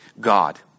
God